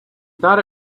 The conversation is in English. thought